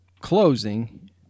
closing